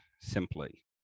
simply